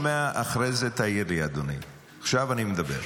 אחרי זה תעיר לי, אדוני, עכשיו אני מדבר.